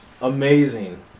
amazing